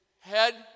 head